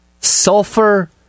sulfur